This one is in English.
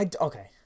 okay